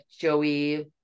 Joey